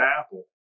Apple